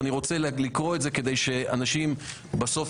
אני רוצה לקרוא את זה כדי שאנשים ידעו בסוף